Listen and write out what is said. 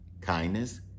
kindness